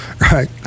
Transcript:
Right